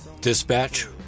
Dispatch